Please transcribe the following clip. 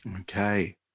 Okay